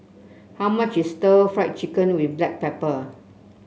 how much is Stir Fried Chicken with Black Pepper